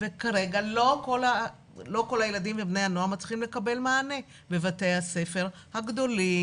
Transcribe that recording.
כרגע לא כל הילדים ובני הנוער מצליחים לקבל מענה בבתי הספר הגדולים,